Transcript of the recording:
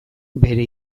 bere